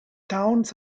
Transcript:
towns